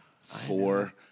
four